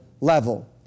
level